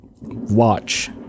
watch